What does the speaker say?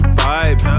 vibe